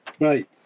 Right